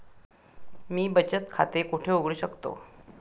मी बचत खाते कोठे उघडू शकतो?